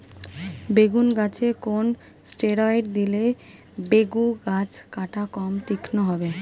বেগুন গাছে কোন ষ্টেরয়েড দিলে বেগু গাছের কাঁটা কম তীক্ষ্ন হবে?